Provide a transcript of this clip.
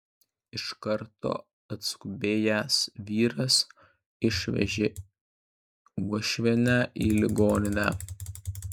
iš karto atskubėjęs vyras išvežė uošvienę į ligoninę